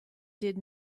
did